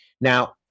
now